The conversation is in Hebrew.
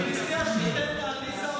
אדוני היושב-ראש,